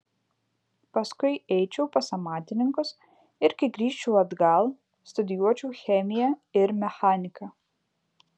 paskui eičiau pas amatininkus ir kai grįžčiau atgal studijuočiau chemiją ir mechaniką